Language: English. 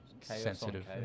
sensitive